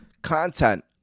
content